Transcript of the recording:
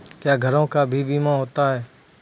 क्या घरों का भी बीमा होता हैं?